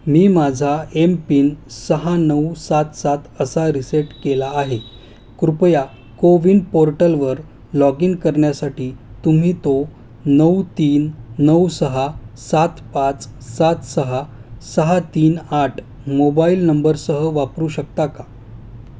मी माझा एमपिन सहा नऊ सात सात असा रिसेट केला आहे कृपया कोविन पोर्टलवर लॉग इन करण्यासाठी तुम्ही तो नऊ तीन नऊ सहा सात पाच सात सहा सहा तीन आठ मोबाईल नंबरसह वापरू शकता का